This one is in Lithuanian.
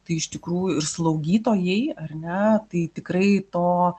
tai iš tikrųjų ir slaugytojai ar ne tai tikrai to